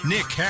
Nick